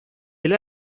del